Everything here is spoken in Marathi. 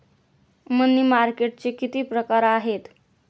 मनी मार्केटचे किती प्रकार आहेत?